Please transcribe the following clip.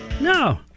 No